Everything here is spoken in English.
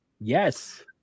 yes